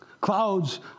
Clouds